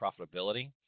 profitability